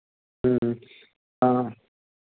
हाँ